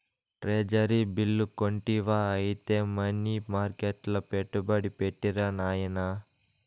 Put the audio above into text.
treasury bill కొంటివా ఐతే money మర్కెట్ల పెట్టుబడి పెట్టిరా నాయనా